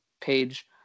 page